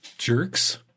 jerks